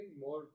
more